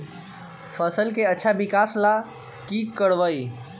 फसल के अच्छा विकास ला की करवाई?